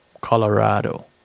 colorado